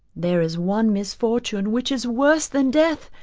there is one misfortune which is worse than death.